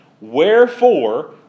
wherefore